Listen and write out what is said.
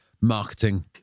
marketing